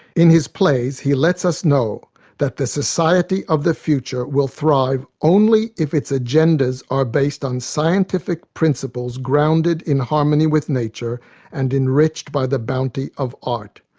in his plays he lets us know that the society of the future will thrive only if its agendas are based on scientific principles grounded in harmony with nature and enriched by the bounty of art.